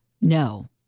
No